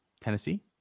Tennessee